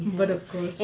but of course